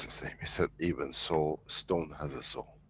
so name, he said even so. stone has a soul.